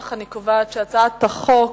הצעת חוק